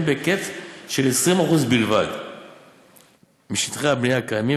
בהיקף של 20% בלבד משטחי הבנייה הקיימים,